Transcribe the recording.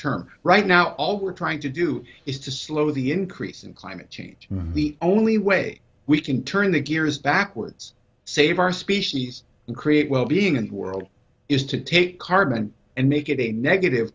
term right now all we're trying to do is to slow the increase in climate change the only way we can turn the gears backwards save our species and create well being in the world is to take cartman and make it a negative